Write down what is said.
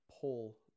pull